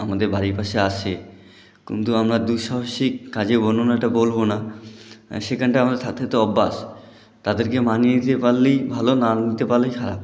আমাদের বাড়ির পাশে আসে কিন্তু আমরা দুঃসাহসিক কাজের বর্ণনাটা বলবো না সেখানটা আমরা থাকতে থাকতে অভ্যাস তাদেরকে মানিয়ে নিতে পারলেই ভালো না নিতে পারলেই খারাপ